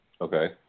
Okay